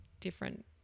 different